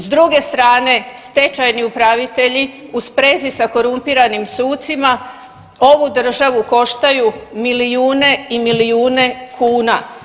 S druge strane stečajni upravitelji u sprezi sa korumpiranim sucima ovu državu koštaju milijune i milijune kuna.